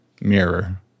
mirror